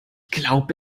glaube